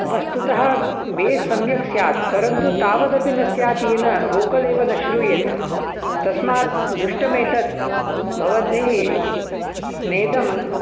वस्तुतः बेस् सम्यक् स्यात् परन्तु तावद् अपि न स्यात् येन वोकल् एव न श्रूयेते तस्मात् दुष्टमेतत् भवद्भिः नेदम्